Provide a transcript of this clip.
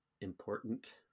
important